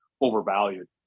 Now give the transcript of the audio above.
overvalued